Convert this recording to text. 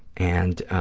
and